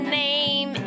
name